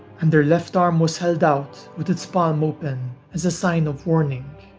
and their left arm was held out with its palm open, as a sign of warning.